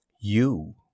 You